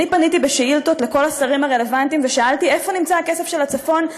פניתי בשאילתות לכל השרים הרלוונטיים ושאלתי: איפה נמצא הכסף של הצפון?